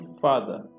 Father